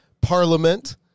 Parliament